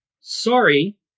sorry